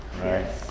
right